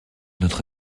notre